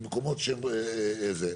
מקומות שהם זה.